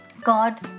God